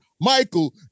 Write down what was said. Michael